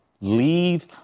leave